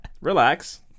Relax